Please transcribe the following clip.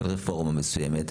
של רפורמה מסוימת,